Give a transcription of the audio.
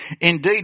indeed